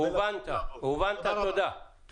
תודה.